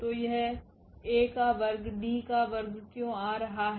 तो यह A का वर्ग D का वर्ग क्यों आ रहा है